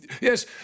Yes